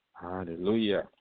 Hallelujah